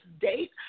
date